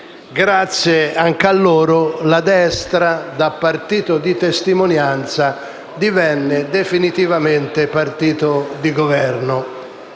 importante, la destra, da partito di testimonianza, divenne definitivamente partito di Governo.